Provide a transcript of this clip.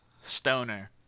Stoner